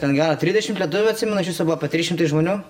ten gyvena trisdešimt lietuvių atsimenu iš viso buvo po trys šimtai žmonių